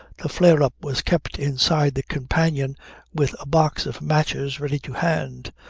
the flare-up was kept inside the companion with a box of matches ready to hand.